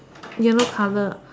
yellow colour